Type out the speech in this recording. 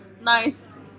nice